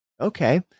Okay